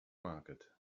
market